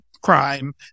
crime